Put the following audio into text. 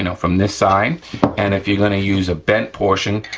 you know from this side and if you're gonna use a bent portion,